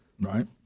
Right